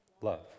Love